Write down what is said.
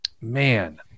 Man